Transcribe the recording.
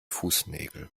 fußnägel